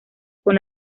con